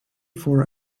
for